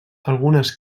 algunes